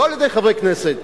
לא על-ידי חברי כנסת,